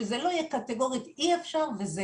שזה לא יהיה קטגורית אי אפשר וזה.